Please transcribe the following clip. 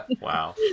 Wow